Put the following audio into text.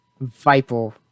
viper